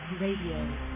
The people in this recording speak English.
Radio